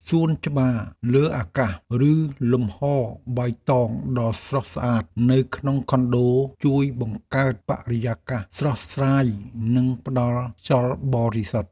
សួនច្បារលើអាកាសឬលំហបៃតងដ៏ស្រស់ស្អាតនៅក្នុងខុនដូជួយបង្កើតបរិយាកាសស្រស់ស្រាយនិងផ្តល់ខ្យល់បរិសុទ្ធ។